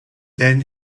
then